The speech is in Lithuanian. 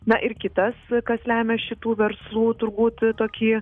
na ir kitas kas lemia šitų verslų turbūt tokį